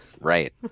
right